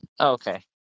okay